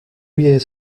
years